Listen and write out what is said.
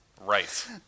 Right